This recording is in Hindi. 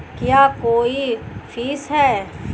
क्या कोई फीस है?